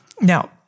Now